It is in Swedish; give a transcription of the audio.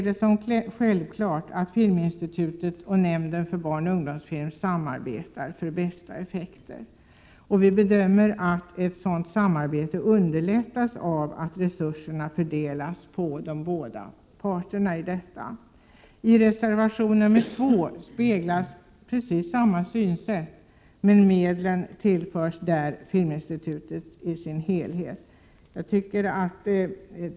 Det är självklart att Filminstitutet och nämnden för barnoch ungdomsfilm samarbetar för bästa effekter. Utskottet bedömer att ett sådant samarbete underlättas av att resurserna fördelas på de båda parterna. I reservation 2 speglas precis samma synsätt, men medlen i sin helhet tillförs där Filminstitutet.